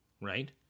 right